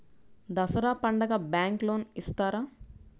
దసరా పండుగ bank loan ఇస్తారా?